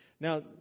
Now